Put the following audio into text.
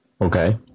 Okay